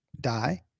die